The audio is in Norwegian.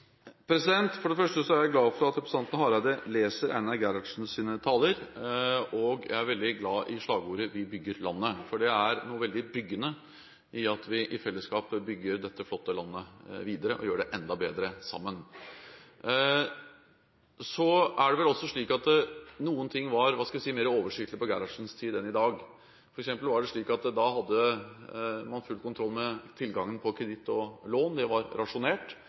For det første er jeg glad for at representanten Hareide leser Einar Gerhardsens taler, og jeg er veldig glad i slagordet «Vi bygger landet», for det er noe veldig «byggende» i at vi i fellesskap bygger dette flotte landet videre og gjør det enda bedre sammen. Det er vel også slik at noen ting var – hva skal jeg si – mer oversiktlig på Gerhardsens tid enn i dag. Det var f.eks. slik at man da hadde full kontroll med tilgangen på kreditt og lån, for det var rasjonert,